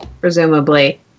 presumably